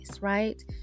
right